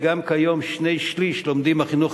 וגם כיום שני-שלישים לומדים בחינוך